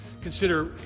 consider